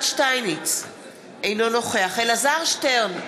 אינו נוכח אלעזר שטרן,